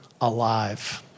alive